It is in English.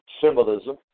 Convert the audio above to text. symbolism